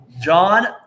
John